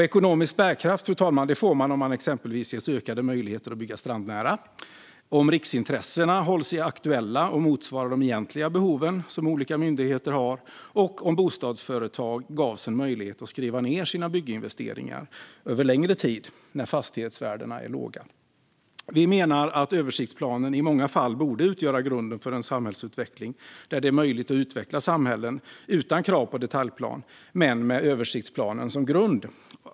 Ekonomisk bärkraft får man om det exempelvis ges ökade möjligheter att bygga strandnära, om riksintressen hålls aktuella och motsvarar de egentliga behov som olika myndigheter har och om bostadsföretag ges en möjlighet att skriva ned sina bygginvesteringar över längre tid, när fastighetsvärdena är låga. Vi menar att översiktsplanen i många fall borde utgöra grunden för en landsbygdsutveckling där det är möjligt att utveckla samhällen utan krav på detaljplan, men med översiktsplanen som grund.